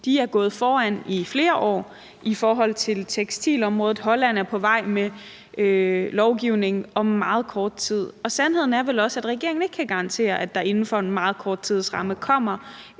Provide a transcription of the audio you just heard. De er gået foran i flere år i forhold til tekstilområdet, og Holland er på vej med lovgivning om meget kort tid. Sandheden er vel også, at regeringen ikke kan garantere, at der inden for en meget kort tidsramme kommer